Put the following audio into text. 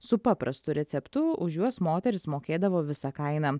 su paprastu receptu už juos moteris mokėdavo visą kainą